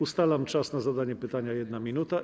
Ustalam czas na zadanie pytania na 1 minutę.